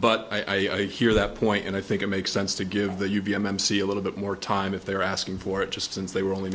but i hear that point and i think it makes sense to give the ubi m m c a little bit more time if they're asking for it just since they were only